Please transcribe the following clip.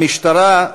המשטרה,